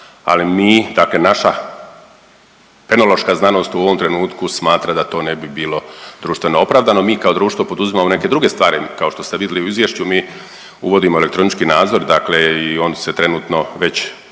ali mi, dakle naša penaloška znanost u ovom trenutku smatra da to ne bi bilo društveno opravdano. Mi kao društvo pouzimamo neke stvari. Kao što ste vidli u izvješću mi uvodimo elektronički nadzor, dakle i on se trenutno već